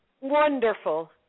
Wonderful